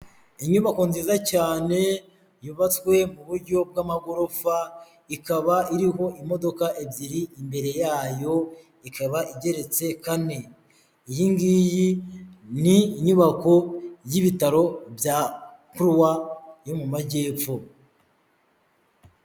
Inyubako nziza cyane, yubatswe mu buryo bw'amagorofa, ikaba iriho imodoka ebyiri imbere yayo, ikaba igeretse kane. Iyi ngiyi ni inyubako y'ibitaro bya kuruwa, yo mu Majyepfo.